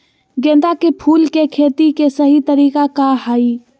गेंदा के फूल के खेती के सही तरीका का हाई?